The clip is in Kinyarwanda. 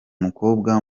mukobwa